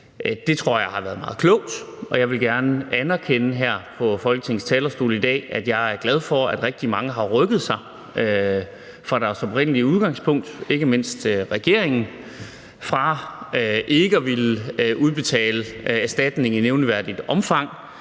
Det tror jeg har været meget klogt, og jeg vil gerne anerkende her på Folketingets talerstol i dag, at jeg er glad for, at rigtig mange har rykket sig fra deres oprindelige udgangspunkt, ikke mindst regeringen. Fra ikke at ville udbetale erstatning i nævneværdigt omfang